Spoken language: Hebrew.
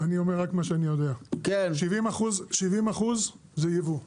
אני אומר רק מה שאני יודע, 70 אחוז זה ייבוא,